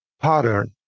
pattern